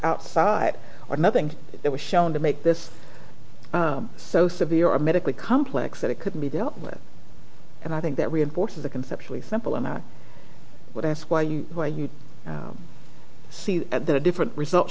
outside or nothing that was shown to make this so severe medically complex that it couldn't be dealt with and i think that reinforces the conceptually simple and i would ask why you why you see at that a different result